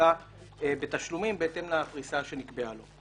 אלא בתשלומים בהתאם לפריסה שנקבעה לו.